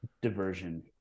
diversion